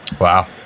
Wow